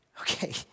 Okay